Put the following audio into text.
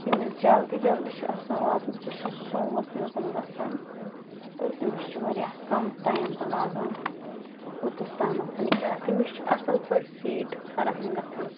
ییٚمِس جلدی جلدی چھِ آسان واتُن سُہ چھُ سوموَس منٛز گژھان تہٕ تٔمِس چھِ واریاہ کَم ٹایِم لاگان اوٚتَس تامَتھ یا تٔمِس چھِ اَصٕل پٲٹھۍ سیٖٹ فَراہَم گژھان